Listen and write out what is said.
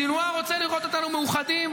סנוואר רוצה לראות אותנו מאוחדים,